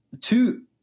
two